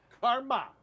karma